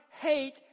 hate